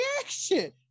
reaction